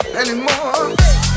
anymore